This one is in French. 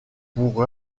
pour